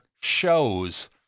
shows